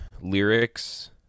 lyrics